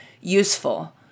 useful